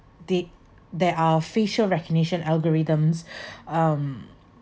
they there are facial recognition algorithms um